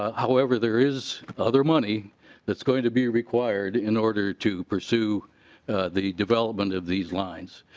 however there is other money that's going to be required in order to pursue the development of these lines.